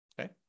Okay